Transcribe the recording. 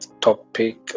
topic